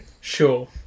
sure